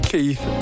Keith